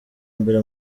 mbere